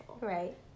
right